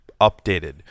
updated